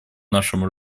нашему